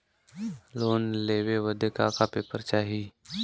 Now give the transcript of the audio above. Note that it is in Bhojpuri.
लोन लेवे बदे का का पेपर चाही?